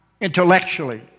intellectually